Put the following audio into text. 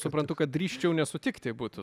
suprantu kad drįsčiau nesutikti būtų